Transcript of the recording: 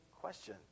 question